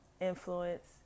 influence